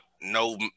no